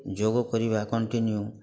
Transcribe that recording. ଯୋଗ କରିବା କଣ୍ଟିନିଉ